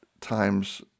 times